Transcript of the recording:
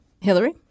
Hillary